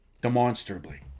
demonstrably